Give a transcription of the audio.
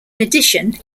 addition